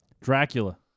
Dracula